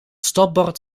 stopbord